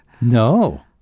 No